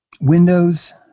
Windows